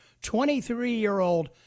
23-year-old